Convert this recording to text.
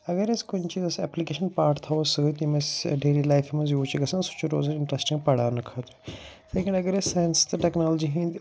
اگر اَسہِ کُنہِ چیٖزَس اٮ۪پلِکیشَن پارٹ تھاوو سۭتۍ یِم اَسہِ ڈیلی لایفہِ منٛز یوٗز چھِ گژھان سُہ چھِ روزان اِنٹرٛسٹِنٛگ پڑاونہٕ خٲطرٕ لیکِن اگر أسۍ سایِنَس تہٕ ٹٮ۪کنالجی ہِنٛدۍ